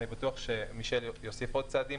אני בטוח שמישל יוסיף עוד צעדים.